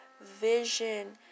vision